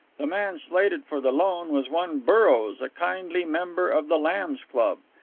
the man slated for the loan was one burrows, a kindly member of the lambs club.